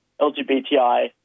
LGBTI